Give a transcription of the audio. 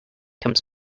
comes